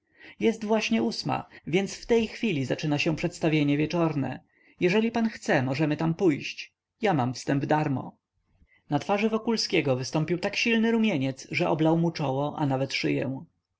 jest właśnie ósma więc w tej chwili zaczyna się przedstawienie wieczorne jeżeli pan chce możemy tam pójść ja mam wstęp darmo na twarz wokulskiego wystąpił tak silny rumieniec że oblał mu czoło a nawet szyję